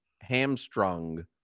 hamstrung